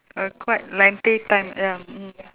a quite lengthy time ya mm